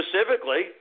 specifically